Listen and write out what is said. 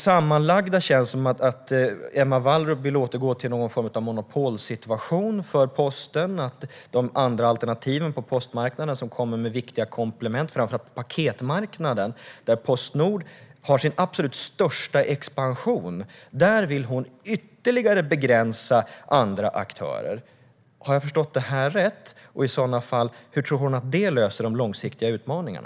Sammantaget känns det som om Emma Wallrup vill återgå till någon form av monopolsituation för posten och att de andra alternativen på postmarknaden, som kommer med viktiga komplement framför allt på paketmarknaden, där Postnord har sin absolut största expansion, ytterligare ska begränsas. Har jag förstått detta rätt, och hur tror Emma Wallrup i så fall att det löser de långsiktiga utmaningarna?